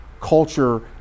culture